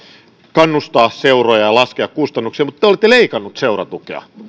kannustaa seuroja ja ja laskea kustannuksia mutta te olette leikanneet seuratukea